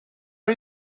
are